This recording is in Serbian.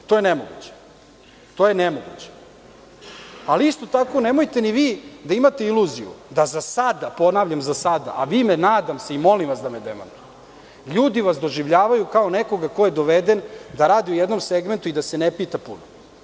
To je nemoguće, ali isto tako nemojte ni vi da imate iluziju da za sada, ponavljam za sada, a vi me nadam se i molim vas da me demantujete, ljudi vas doživljavaju kao nekog ko je doveden da radi u jednom segmentu i da se ne pita puno.